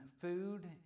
food